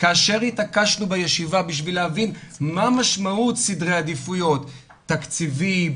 כאשר התעקשנו בישיבה כדי להבין מה משמעות סדרי העדיפויות תקציבי,